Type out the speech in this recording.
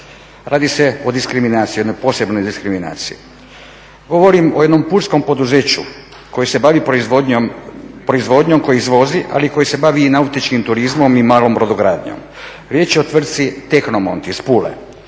Radi se o diskriminaciji, jednoj posebnoj diskriminaciji. Govorim o jednom pulskom poduzeću koje se bavi proizvodnjom, koje izvozi, ali i koje se bavi nautičkim turizmom i malom brodogradnjom. Riječ je o tvrtci "Tehnomont" iz Pule